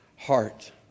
heart